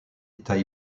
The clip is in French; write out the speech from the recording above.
états